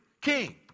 king